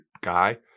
guy